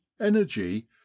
energy